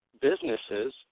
businesses